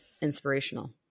inspirational